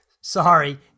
Sorry